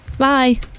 Bye